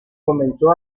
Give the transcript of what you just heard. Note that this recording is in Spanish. comenzó